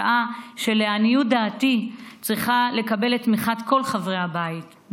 הצעה שלעניות דעתי צריכה לקבל את תמיכת כל חברי הבית,